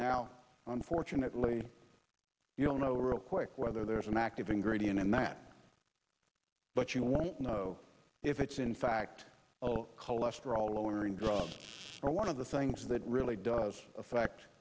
now unfortunately you don't know real quick whether there's an active ingredient in that but you won't know if it's in fact oh cholesterol lowering drugs are one of the things that really does affect